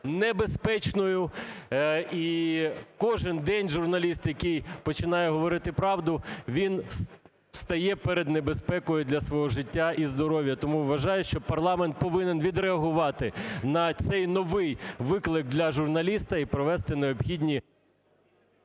небезпечною, і кожен день журналіст, який починає говорити правду, він стає перед небезпекою для свого життя і здоров'я. Тому вважаю, що парламент повинен відреагувати на цей новий виклик для журналіста і провести необхідні…